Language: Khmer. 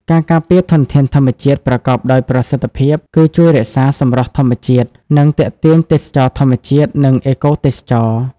ការការពារធនធានធម្មជាតិប្រកបដោយប្រសិទ្ធភាព គឺជួយរក្សា សម្រស់ធម្មជាតិ និង ទាក់ទាញទេសចរណ៍ធម្មជាតិ និងអេកូទេសចរណ៍។